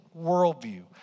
worldview